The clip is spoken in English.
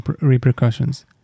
repercussions